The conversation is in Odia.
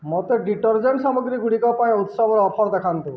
ମୋତେ ଡିଟର୍ଜେଣ୍ଟ୍ ସାମଗ୍ରୀ ଗୁଡ଼ିକ ପାଇଁ ଉତ୍ସବ ଅଫର୍ ଦେଖାନ୍ତୁ